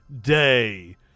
day